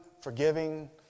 forgiving